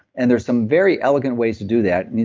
and there's some very elegant ways to do that.